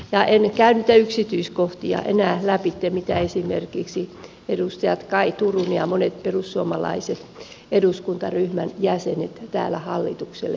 en käy niitä yksityiskohtia enää lävitse mitä esimerkiksi edustaja kaj turunen ja monet perussuomalaisten eduskuntaryhmän jäsenet täällä hallitukselle tarjosivat